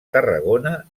tarragona